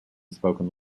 spoken